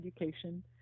education